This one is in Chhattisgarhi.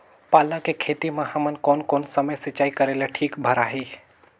पाला के खेती मां हमन कोन कोन समय सिंचाई करेले ठीक भराही?